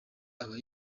aba